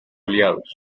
aliados